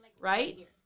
right